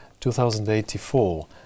2084